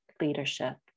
leadership